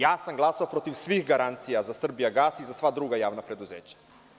Ja sam glasao protiv svih garancija za „Srbijagas“ i za sva druga javna preduzeća.